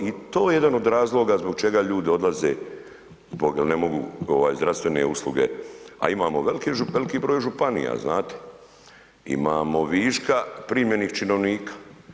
I to je jedan od razloga zbog čega ljudi odlaze zbog, jer ne mogu zdravstvene usluge a imamo veliki broj županija, znate, imamo viška primljenih činovnika.